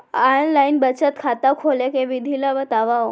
Online बचत खाता खोले के विधि ला बतावव?